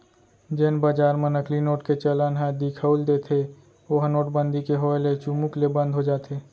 जेन बजार म नकली नोट के चलन ह दिखउल देथे ओहा नोटबंदी के होय ले चुमुक ले बंद हो जाथे